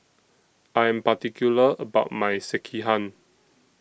I Am particular about My Sekihan